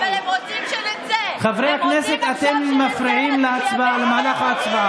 אבל מכובדי היושב-ראש, יש משהו אחד מאוד רציני.